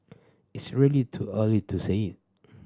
it's really too early to saying